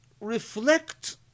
reflect